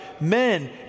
men